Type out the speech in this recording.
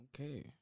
Okay